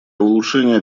улучшения